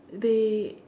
they